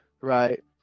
Right